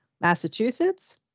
Massachusetts